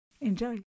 Enjoy